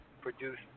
produced